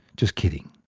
just kidding.